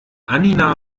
annina